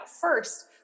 first